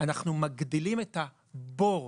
אנחנו מגדילים את הבור,